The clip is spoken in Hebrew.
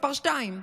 מס' 2,